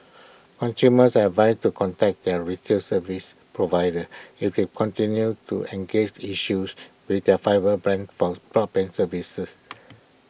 consumers are advised to contact their retail service providers if they continue to engage issues with their fibre brand services